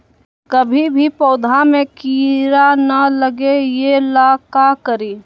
कभी भी पौधा में कीरा न लगे ये ला का करी?